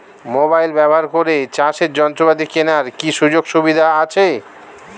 Mobile ব্যবহার করে চাষের যন্ত্রপাতি কেনার কি সুযোগ সুবিধা আছে?